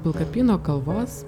pilkapyno kalvos